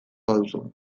baduzu